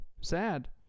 Sad